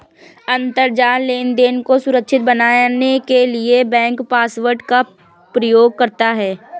अंतरजाल लेनदेन को सुरक्षित बनाने के लिए बैंक पासवर्ड का प्रयोग करता है